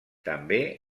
també